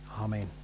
Amen